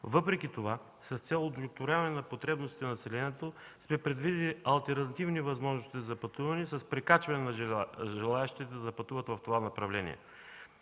Въпреки това, с цел удовлетворяване потребностите на населението, са предвидени алтернативни възможности за пътуване с прекачване на желаещите да пътуват в това направление.